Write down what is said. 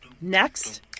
next